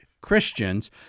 Christians